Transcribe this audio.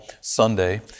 Sunday